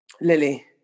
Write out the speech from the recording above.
Lily